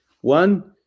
One